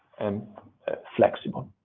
and flexible.